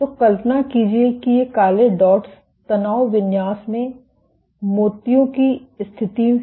तो कल्पना कीजिए कि ये काले डॉट्स तनाव विन्यास में मोतियों की स्थिति हैं